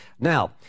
Now